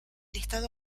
estado